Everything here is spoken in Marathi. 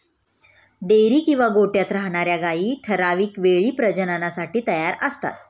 डेअरी किंवा गोठ्यात राहणार्या गायी ठराविक वेळी प्रजननासाठी तयार असतात